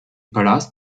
palast